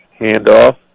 Handoff